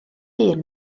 hun